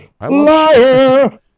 Liar